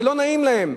זה לא נעים להם,